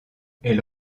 elle